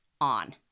on